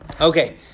Okay